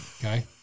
Okay